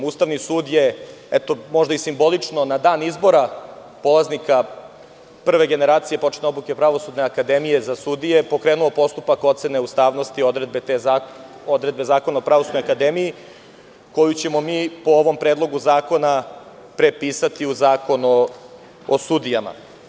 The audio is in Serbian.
Ustavni sud je možda i simbolično, na dan izbora polaznika prve generacije početne obuke Pravosudne akademije za sudije, pokrenuo postupak ocene ustavnosti odredbe Zakona o Pravosudnoj akademiji, koju ćemo mi, po ovom predlogu zakona, prepisati u Zakon o sudijama.